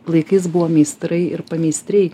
laikais buvo meistrai ir pameistriai